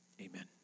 Amen